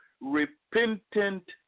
repentant